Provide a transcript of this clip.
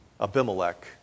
Abimelech